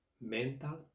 Mental